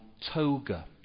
toga